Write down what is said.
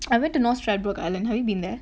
I went to north stradbroke island have you been there